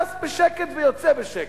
נכנס בשקט ויוצא בשקט,